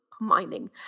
mining